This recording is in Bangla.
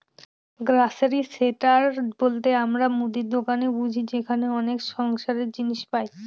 গ্রসারি স্টোর বলতে আমরা মুদির দোকান বুঝি যেখানে অনেক সংসারের জিনিস পাই